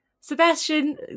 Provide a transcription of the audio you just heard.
Sebastian